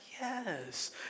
yes